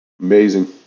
Amazing